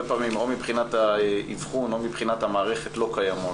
פעמים או מבחינת האבחון או מבחינת המערכת לא קיימות.